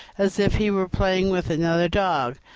as if he were playing with another dog.